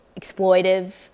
exploitive